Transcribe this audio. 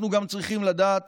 אנחנו גם צריכים לדעת